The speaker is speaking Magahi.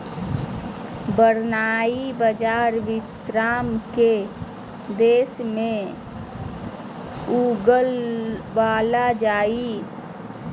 बरनार्ड बाजरा विश्व के के देश में उगावल जा हइ